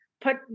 Put